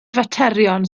faterion